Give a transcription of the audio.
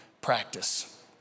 practice